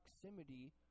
proximity